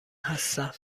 هستم